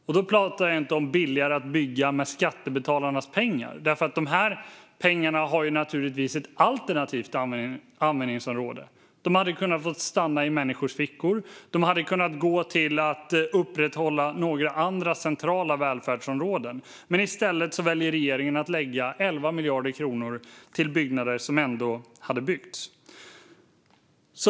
Jag pratar inte billigare att bygga med skattebetalarnas pengar, för dessa pengar har givetvis ett alternativt användningsområde. De hade kunnat få stanna i människors fickor. De hade kunnat gå till att upprätthålla några andra centrala välfärdsområden. Men i stället väljer regeringen att lägga 11 miljarder kronor på byggnader som ändå hade byggts.